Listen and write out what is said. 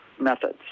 methods